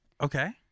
Okay